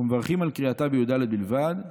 ומברכין על קריאתה בי"ד בלבד,